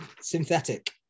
synthetic